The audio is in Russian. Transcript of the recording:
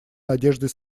надеждой